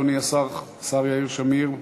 אדוני השר יאיר שמיר,